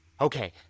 Okay